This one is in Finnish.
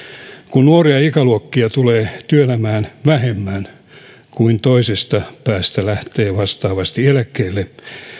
kun nuoria ikäluokkia tulee työelämään vähemmän kuin toisesta päästä lähtee vastaavasti eläkkeelle